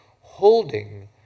Holding